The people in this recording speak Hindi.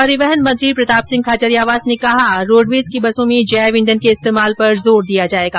परिवहन मंत्री प्रताप सिंह खाचरियावास ने कहा रोडवेज की बसों में जैव ईंधन के इस्तेमाल पर जोर दिया जायेगा